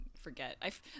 forget